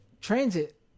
transit